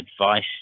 advice